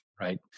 right